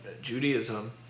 Judaism